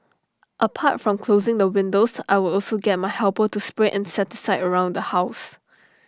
apart from closing the windows I would also get my helper to spray insecticide around the house